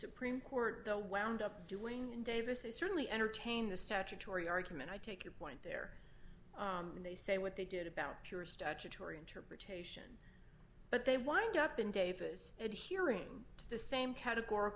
supreme court the wound up doing in davis is certainly entertain the statutory argument i take your point there when they say what they did about your statutory interpret but they wind up in davis at hearing the same categor